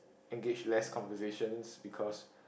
engage less conversations because